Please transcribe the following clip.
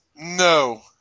No